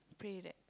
pray that